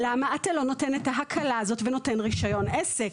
למה אתה לא נותן את ההקלה הזאת ונותן רישיון עסק?